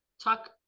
talk